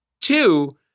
Two